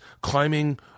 climbing